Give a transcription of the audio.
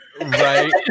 Right